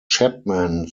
chapman